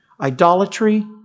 Idolatry